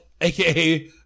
AKA